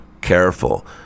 careful